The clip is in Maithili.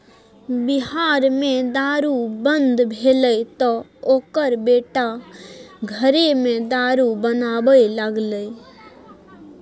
बिहार मे दारू बन्न भेलै तँ ओकर बेटा घरेमे दारू बनाबै लागलै